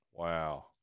Wow